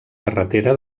carretera